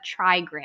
trigram